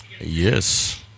Yes